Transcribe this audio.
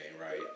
right